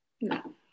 no